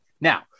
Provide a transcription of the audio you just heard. Now